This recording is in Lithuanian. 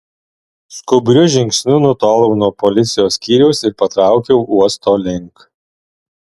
skubriu žingsniu nutolau nuo policijos skyriaus ir patraukiau uosto link